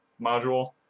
module